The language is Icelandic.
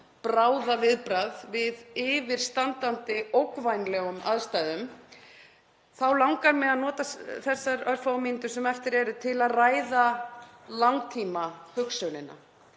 bráðaviðbragð við yfirstandandi ógnvænlegum aðstæðum þá langar mig að nota þessar örfáu mínútur sem eftir eru til að ræða langtímahugsunina.